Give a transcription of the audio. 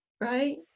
right